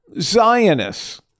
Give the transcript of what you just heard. Zionists